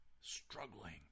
struggling